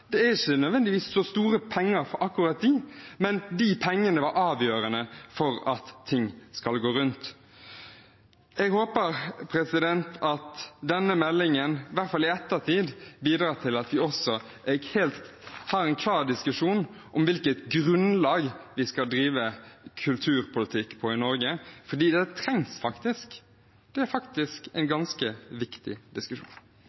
Det er ikke nødvendigvis så store penger for akkurat dem, men pengene er avgjørende for at ting skal gå rundt. Jeg håper at denne meldingen – i hvert fall i ettertid – bidrar til at vi også har en klar diskusjon om hvilket grunnlag vi skal drive kulturpolitikk på i Norge, for det trengs faktisk. Det er en ganske viktig diskusjon. Kultur utvikler identitet, kreativitet, demokrati og styrker fellesskapet. Kulturpolitikk har faktisk